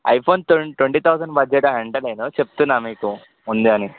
iPhone twenty twenty thousand బడ్జెట్లో అంటలేను చెప్తున్నాను మీకు ఉందని